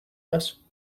this